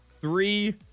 Three